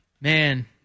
man